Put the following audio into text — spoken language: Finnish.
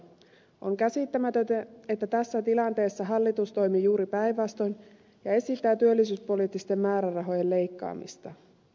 on käsittämätöntä että tässä tilanteessa hallitus toimii juuri päinvastoin ja esittää työllisyyspoliittisten määrärahojen leikkaamista